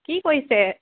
কি কৰিছে